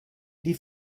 die